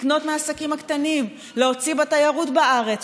לקנות מהעסקים הקטנים, להוציא בתיירות בארץ?